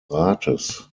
rates